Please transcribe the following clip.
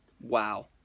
Wow